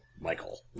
Michael